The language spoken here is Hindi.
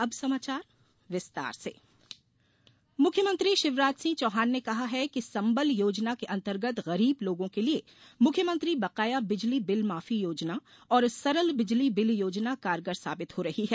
अब समाचार विस्तार से संबल योजना मुख्यमंत्री शिवराज सिंह चौहान ने कहा है कि संबल योजना के अंतर्गत गरीब लोगों के लिये मुख्यमंत्री बकाया बिजली बिल माफी योजना और सरल बिजली बिल योजना कारगर साबित हो रही है